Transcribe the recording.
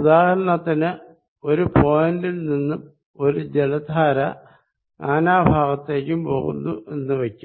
ഉദാഹരണത്തിന് ഒരു പോയിന്റിൽ നിന്നും ഒരു ജലധാര നാനാ ഭാഗത്തേക്കും പോകുന്നു എന്ന് വയ്ക്കുക